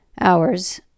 Hours